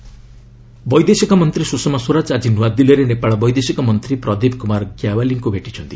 ସ୍ୱଷମା ନେପାଳ ବୈଦେଶିକ ମନ୍ତ୍ରୀ ସୁଷମା ସ୍ୱରାଜ ଆଜି ନୂଆଦିଲ୍ଲୀରେ ନେପାଳ ବୈଦେଶିକ ମନ୍ତ୍ରୀ ପ୍ରଦୀପ କୁମାର ଗ୍ୟାଓ୍ୱାଲିଙ୍କୁ ଭେଟିଛନ୍ତି